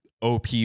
op